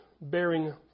bearing